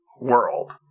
world